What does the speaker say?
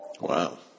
Wow